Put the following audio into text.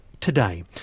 Today